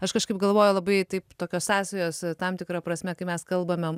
aš kažkaip galvoju labai taip tokios sąsajos tam tikra prasme kai mes kalbame